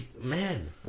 Man